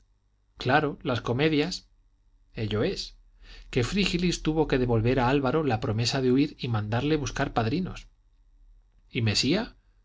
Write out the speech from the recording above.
claro las comedias ello es que frígilis tuvo que devolver a álvaro la promesa de huir y mandarle buscar padrinos y mesía